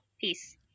Peace